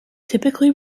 typically